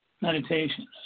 meditation